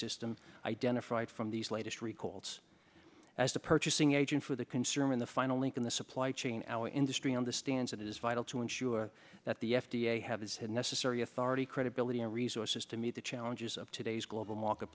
system identified from these latest recalls as the purchasing agent for the consumer in the final link in the supply chain our industry understands it is vital to ensure that the f d a has had necessary authority credibility and resources to meet the challenges of today's global market